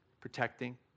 protecting